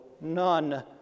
none